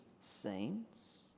saints